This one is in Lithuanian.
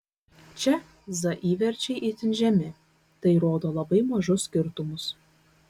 čia z įverčiai itin žemi tai rodo labai mažus skirtumus